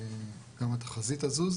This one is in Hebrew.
תשתנה גם התחזית הזו.